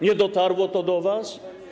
Nie dotarło to do was?